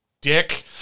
dick